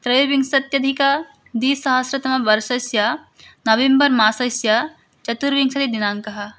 त्रयोविंशत्यधिकद्विसहस्रतमवर्षस्य नवेम्बर् मासस्य चतुर्विंशतिदिनाङ्कः